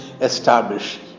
established